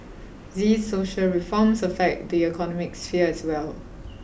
these social reforms affect the economic sphere as well